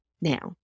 Now